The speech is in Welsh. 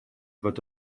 fod